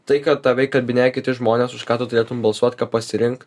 tai kad tave įkalbinėja kiti žmonės už ką tu turėtum balsuot ką pasirink